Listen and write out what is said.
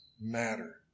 matter